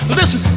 listen